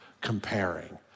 comparing